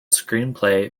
screenplay